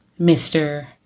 Mr